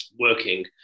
working